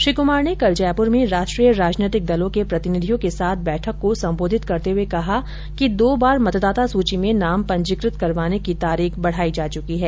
श्री कुमार ने कल जयपुर में राष्ट्रीय राजनैतिक दलों के प्रतिनिधियों के साथ बैठक को संबोधित करते हये कहा कि दो बार मतदाता सूची में नाम पंजीकृत करवाने की तारीख बढाई जा चुकी है